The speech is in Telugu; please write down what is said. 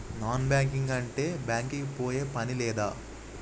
నాన్ బ్యాంకింగ్ అంటే బ్యాంక్ కి పోయే పని లేదా?